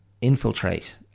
infiltrate